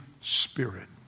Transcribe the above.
spirit